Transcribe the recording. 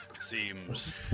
Seems